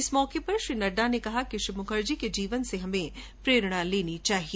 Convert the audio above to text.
इस मौके पर श्री नड्डा ने कहा कि श्री मुखर्जी के जीवन से हमें प्रेरणा लेनी चाहिए